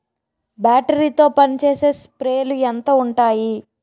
Battery తో పనిచేసే స్ప్రేలు ఎంత ఉంటాయి?